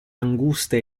anguste